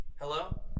Hello